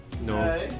No